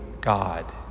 God